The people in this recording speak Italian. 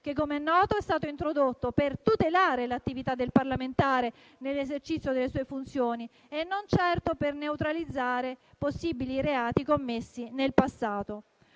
che, come è noto, è stato introdotto per tutelare l'attività del parlamentare nell'esercizio delle sue funzioni e non certo per neutralizzare possibili reati commessi nel passato.